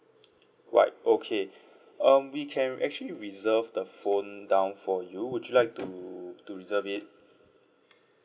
white okay um we can actually reserve the phone down for you would you like to to reserve it